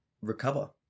recover